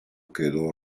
quedó